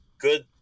good